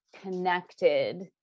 connected